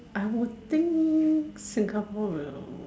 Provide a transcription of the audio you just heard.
I would think Singapore will